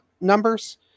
numbers